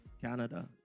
Canada